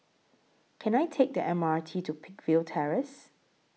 Can I Take The M R T to Peakville Terrace